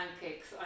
pancakes